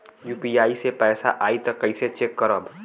UPI से पैसा आई त कइसे चेक करब?